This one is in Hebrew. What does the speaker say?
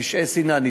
פשעי שנאה,